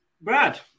Brad